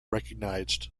recognized